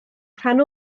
rhan